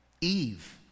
Eve